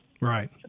Right